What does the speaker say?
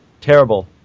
Terrible